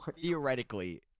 theoretically